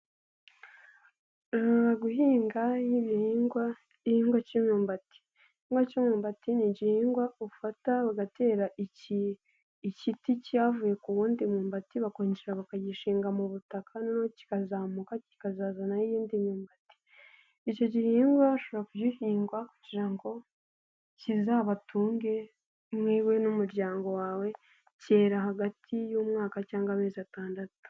Guhinga ibihingwa igihingwa k'imyumbati. Igihingwa cy'imyumbati ni igihingwa ufata ugatera igiti cyavuye ku wundi mwumbati, bakongera bakagishinga mu butaka kikazamuka, kikazazanaho iyindi myumbati. Icyo gihingwa bashobora kugihinga kugira ngo kizabatunge mwe n'umuryango wawe, cyerera hagati y'umwaka cyangwa amezi atandatu.